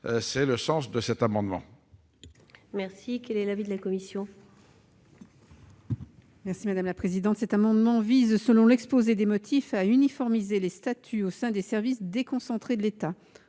est le sens de cet amendement.